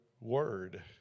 word